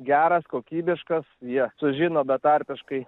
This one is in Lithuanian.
geras kokybiškas jie sužino betarpiškai